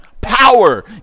power